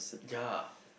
ya